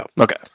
Okay